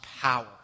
power